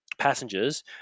passengers